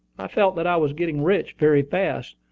i felt that i was getting rich very fast,